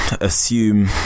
assume